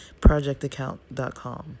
Projectaccount.com